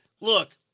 look